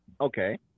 Okay